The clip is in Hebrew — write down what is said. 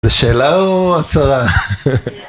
זה שאלה או הצהרה?